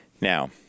Now